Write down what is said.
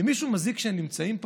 למישהו מזיק שהם נמצאים פה?